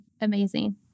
amazing